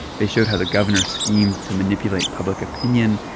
they showed how the governor schemed to manipulate public opinion.